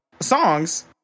songs